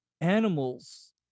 animals